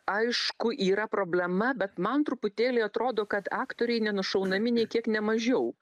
aišku yra problema bet man truputėlį atrodo kad aktoriai nenušaunami nei kiek ne mažiau